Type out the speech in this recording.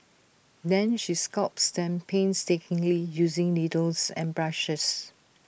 then she sculpts them painstakingly using needles and brushes